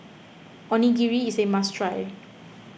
Onigiri is a must try